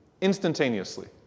Instantaneously